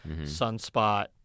Sunspot